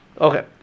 Okay